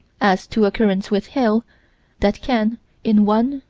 as to occurrence with hail that can in one,